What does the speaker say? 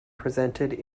presented